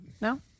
No